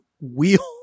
wheel